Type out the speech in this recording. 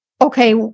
okay